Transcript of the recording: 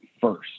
first